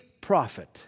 prophet